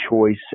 choice